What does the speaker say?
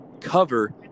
cover